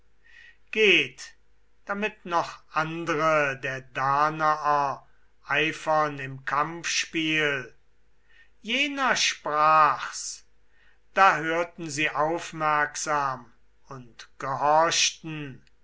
geht damit noch andre der danaer eifern im kampfspiel jener sprach's da hörten sie aufmerksam und gehorchten